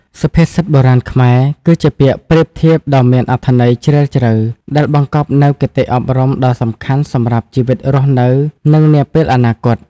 សុភាសិតបុរាណខ្មែរគឺជាពាក្យប្រៀបធៀបដ៏មានអត្ថន័យជ្រាលជ្រៅ ដែលបង្កប់នូវគតិអប់រំដ៏សំខាន់សម្រាប់ជីវិតរស់នៅ និងនាពេលអនាគត ។